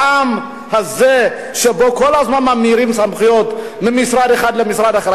אפילו מהטעם הזה שבו כל הזמן ממירים סמכויות ממשרד אחד למשרד אחר,